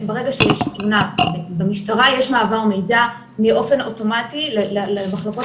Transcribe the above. ברגע שיש תלונה במשטרה יש מעבר מידע באופן אוטומטי למחלקות